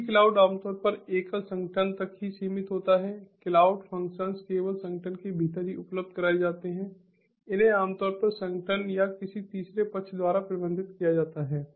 निजी क्लाउड आमतौर पर एकल संगठन तक ही सीमित होता है क्लाउड फ़ंक्शंस केवल संगठन के भीतर ही उपलब्ध कराए जाते हैं इन्हें आमतौर पर संगठन या किसी तीसरे पक्ष द्वारा प्रबंधित किया जाता है